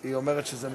היא אומרת שזה נדחה.